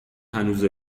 هنوز